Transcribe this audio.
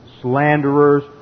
slanderers